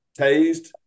tased